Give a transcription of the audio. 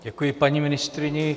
Děkuji paní ministryni.